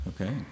Okay